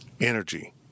energy